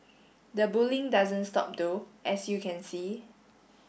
the bullying doesn't stop though as you can see